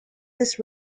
this